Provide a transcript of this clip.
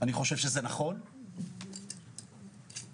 אנחנו פותחים את הישיבה.